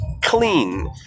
clean